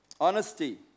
Honesty